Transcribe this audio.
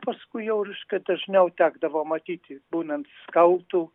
paskui jau reiškia dažniau tekdavo matyti būnant skautu